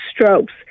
strokes